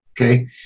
okay